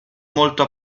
molto